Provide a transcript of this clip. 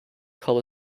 colour